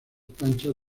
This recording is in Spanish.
planchas